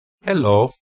Hello